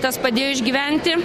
tas padėjo išgyventi